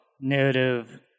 narrative